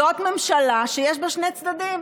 זאת ממשלה שיש בה שני צדדים,